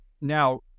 Now